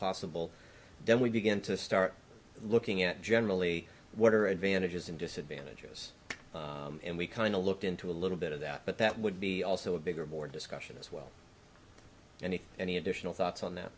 possible then we begin to start looking at generally what are advantages and disadvantages and we kind of looked into a little bit of that but that would be also a bigger bore discussion as well and if any additional thoughts on that